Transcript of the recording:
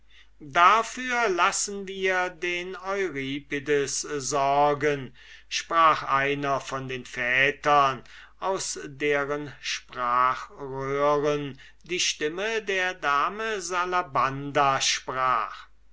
dafür lassen wir den euripides sorgen sagte einer von den vätern aus deren sprachröhren die stimme der dame salabanda sprach